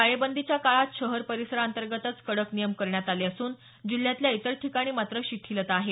टाळेबंदीच्या काळात शहर परिसराअंतर्गतच कडक नियम करण्यात आले असून जिल्ह्यातल्या इतर ठिकाणी मात्र शिथिलता आहे